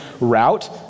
route